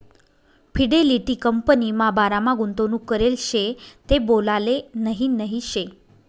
Fidelity कंपनीमा बारामा गुंतवणूक करेल शे ते बोलाले नही नही शे